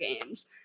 Games